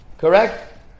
Correct